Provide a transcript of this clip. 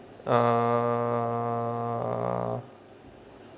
uh